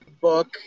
book